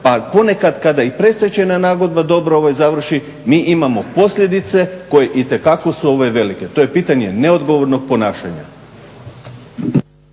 a ponekad kada i predstečajna nagodba dobro završi mi imamo posljedice koje itekako su velike. To je pitanje neodgovornog ponašanja.